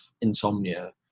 insomnia